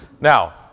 Now